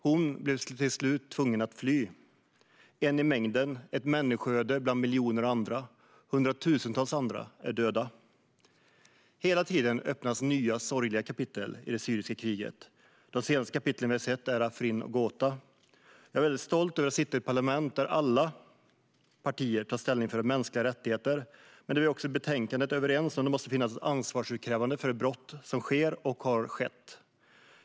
Hon blev till slut tvungen att fly, som en i mängden - ett människoöde bland miljoner andra. Hundratusentals andra är döda. Hela tiden öppnas nya sorgliga kapitel i det syriska kriget. De senaste kapitlen vi har sett är Afrin och Ghouta. Jag är väldigt stolt över att sitta i ett parlament där alla partier tar ställning för mänskliga rättigheter. I betänkandet är vi också överens om att det måste finnas ett ansvarsutkrävande för brott som sker och som har skett.